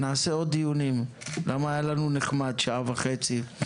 היה לנו נחמד במשך שעה וחצי.